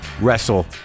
wrestle